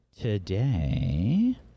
today